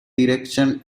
directions